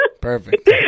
Perfect